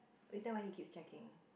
is that why he keeps checking